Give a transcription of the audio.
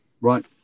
Right